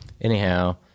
Anyhow